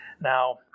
Now